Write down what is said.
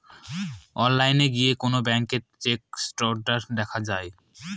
অনলাইনে গিয়ে কোন ব্যাঙ্কের চেক স্টেটাস দেখা যায়